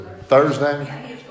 Thursday